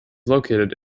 located